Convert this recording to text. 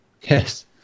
Yes